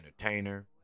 entertainer